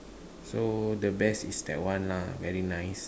so the best is that one lah very nice